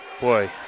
Boy